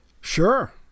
Sure